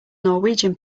norwegian